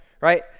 right